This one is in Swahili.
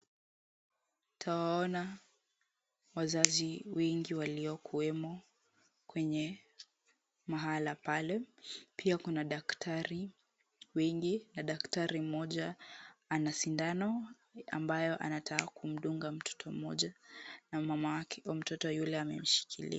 Utawaona wazazi wengi waliokuwemo kwenye mahala pale pia kuna daktari wengi na daktari mmoja ana sindano ambayo anataka kumdunga mtoto mmoja na mamake huyo mtoto yule amemshikilia.